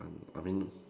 I mean